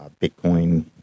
Bitcoin